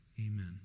Amen